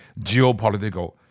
geopolitical